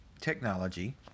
technology